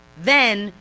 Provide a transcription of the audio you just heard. then,